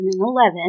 2011